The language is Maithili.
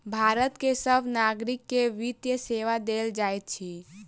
भारत के सभ नागरिक के वित्तीय सेवा देल जाइत अछि